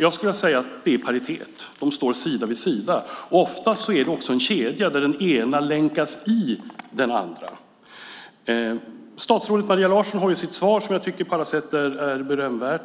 Jag skulle vilja säga att det är i paritet; de står sida vid sida. Ofta är det också en kedja där den ena länkas i den andra. Statsrådet Maria Larsson har i sitt svar, som jag på alla sätt tycker är berömvärt,